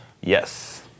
Yes